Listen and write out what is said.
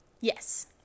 Yes